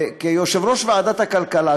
וכיושב-ראש ועדת הכלכלה,